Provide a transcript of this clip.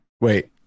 Wait